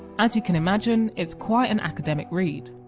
as you can imagine, it's quite an academic read.